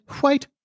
white